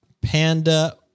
Panda